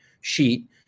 sheet